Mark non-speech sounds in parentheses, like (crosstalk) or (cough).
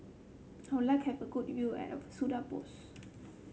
how like have a good view (unintelligible) Budapest